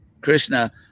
Krishna